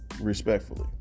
respectfully